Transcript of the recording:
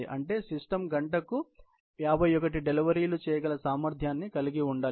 అంటే సిస్టమ్ గంటకు 51 డెలివరీలు చేయగల సామర్థ్యాన్ని కలిగి ఉండాలి